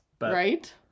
Right